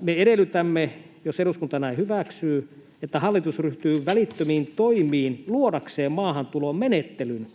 me edellytämme, jos eduskunta näin hyväksyy, että hallitus ryhtyy välittömiin toimiin luodakseen maahantulomenettelyn,